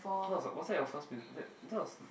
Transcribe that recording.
how was that your first that that was